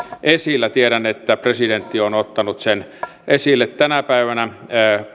esillä tiedän että presidentti on ottanut sen esille tänä päivänä